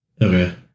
Okay